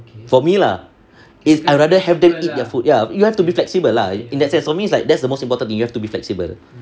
for me lah is I'd rather have them eat their food ya you have to be flexible lah in that sense for me like that's the most important you have to be flexible